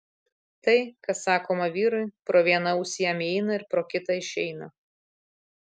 tai kas sakoma vyrui pro vieną ausį jam įeina ir pro kitą išeina